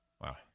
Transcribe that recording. Wow